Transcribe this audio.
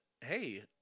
hey